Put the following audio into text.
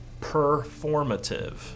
performative